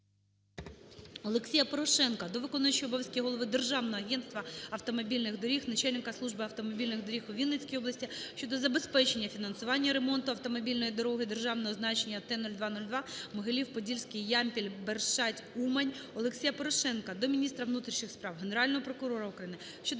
Олексія Порошенка до виконуючого обов'язки голови Державного агентства автомобільних доріг, начальника Служби автомобільних доріг у Вінницькій області щодо забезпечення фінансування ремонту автомобільної дороги державного значення Т-02-02 Могилів-Подільський-Ямпіль-Бершадь-Умань. Олексія Порошенка до міністра внутрішніх справ, Генерального прокурора України